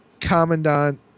commandant